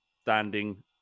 standing